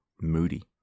moody